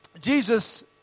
Jesus